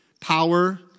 Power